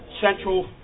central